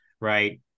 right